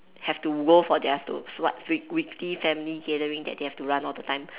have to go for their their what weekly family gathering that they have to run all the time